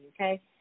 okay